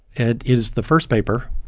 it is the first paper